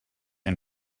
and